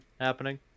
happening